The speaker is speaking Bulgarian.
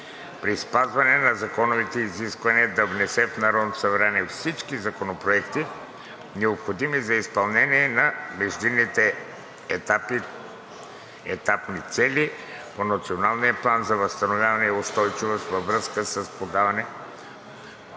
при спазване на законовите изисквания да внесе в Народното събрание всички законопроекти, необходими за изпълнение на междинните етапни цели по Националния план за възстановяване и устойчивост, във връзка с подаване